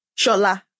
Shola